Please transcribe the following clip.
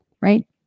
right